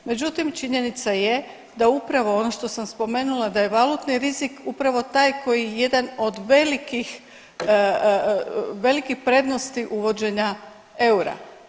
Međutim, činjenica je da upravo on što sam spomenula da je valutni rizik upravo taj koji je jedan od velikih prednosti uvođenja eura.